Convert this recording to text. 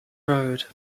road